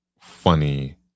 funny